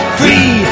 free